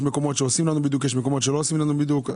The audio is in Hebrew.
יש מקומות שעושים בידוק ויש מקומות שלא עושים לנו בידוק,